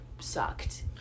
sucked